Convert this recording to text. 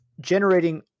generating